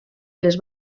les